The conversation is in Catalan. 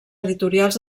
editorials